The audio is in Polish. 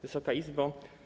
Wysoka Izbo!